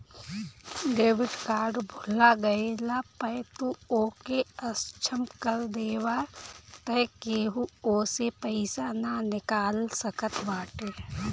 debit card भूला गईला पअ तू ओके असक्षम कर देबाअ तअ केहू ओसे पईसा ना निकाल सकत बाटे